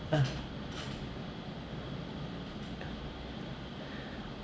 ah